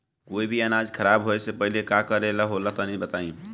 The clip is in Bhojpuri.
कोई भी अनाज खराब होए से पहले का करेके होला तनी बताई?